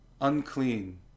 unclean